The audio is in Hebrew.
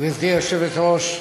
גברתי היושבת-ראש,